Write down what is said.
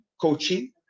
coaching